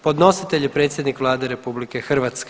Podnositelj je predsjednik Vlade RH.